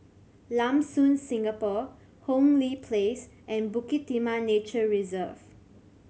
Lam Soon Singapore Hong Lee Place and Bukit Timah Nature Reserve